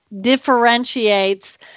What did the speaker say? differentiates